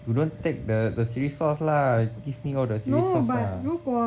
you don't take the chilli sauce lah give me all the chilli sauce lah